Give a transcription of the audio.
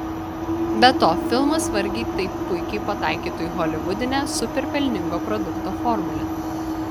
be to filmas vargiai taip puikiai pataikytų į holivudinę super pelningo produkto formulę